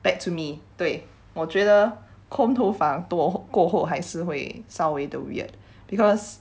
back to me 对我觉得 combed 头发多过后还是会稍微 the weird because